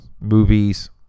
movies